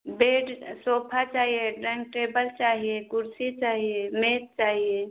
bed sofa चाहिए dining table चाहिए कुर्सी चाहिए मेज़ चाहिए